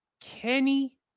Kenny